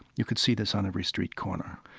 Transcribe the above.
you can see this on every street corner